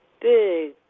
big